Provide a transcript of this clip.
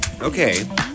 Okay